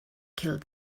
killed